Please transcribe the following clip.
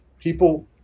people